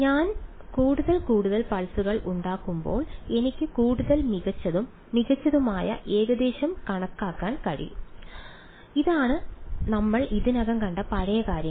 ഞാൻ കൂടുതൽ കൂടുതൽ പൾസുകൾ ഉണ്ടാക്കുമ്പോൾ എനിക്ക് കൂടുതൽ മികച്ചതും മികച്ചതുമായ ഏകദേശം കണക്കാക്കാൻ കഴിയും ഇതാണ് നമ്മൾ ഇതിനകം കണ്ട പഴയ കാര്യങ്ങൾ